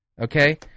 Okay